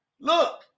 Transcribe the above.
look